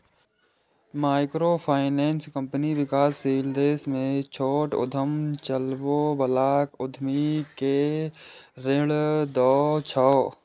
microfinance company विकासशील देश मे छोट उद्यम चलबै बला उद्यमी कें ऋण दै छै